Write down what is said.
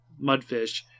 Mudfish